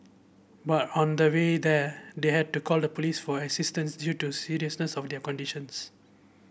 but on the way there they had to call the police for assistance due to seriousness of their conditions